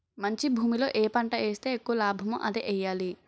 మంచి భూమిలో ఏ పంట ఏస్తే ఎక్కువ లాభమో అదే ఎయ్యాలి